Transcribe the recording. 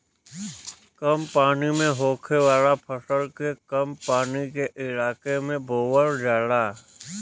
कम पानी में होखे वाला फसल के कम पानी के इलाके में बोवल जाला